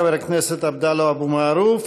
תודה, חבר הכנסת עבדאללה אבו מערוף.